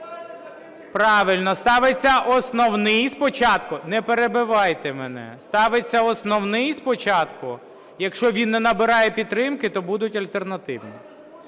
ставиться основний спочатку. Не перебивайте мене. Ставиться основний спочатку. Якщо він не набирає підтримки, то будуть альтернативні.